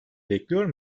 bekliyor